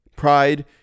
Pride